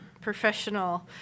professional